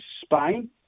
Spain